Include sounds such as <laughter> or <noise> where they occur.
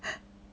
<laughs>